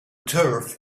turf